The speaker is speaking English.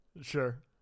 Sure